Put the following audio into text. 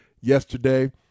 yesterday